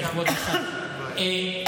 כבוד השר.